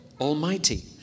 Almighty